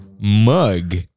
mug